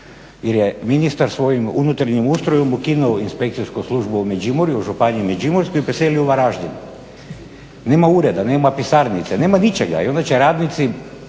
jer je ministar svojim unutarnjim ustrojem ukinuo inspekcijsku službu u Međimurju, u županiji Međimurskoj i preselio u Varaždin. Nema ureda, nema pisarnice, nema ničega i onda će radnici